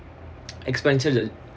expenditure